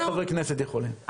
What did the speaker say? רק חברי כנסת יכולים.